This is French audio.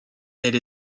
elle